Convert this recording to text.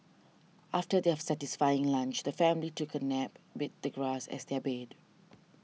after their satisfying lunch the family took a nap with the grass as their bed